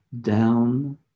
down